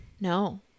No